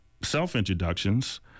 self-introductions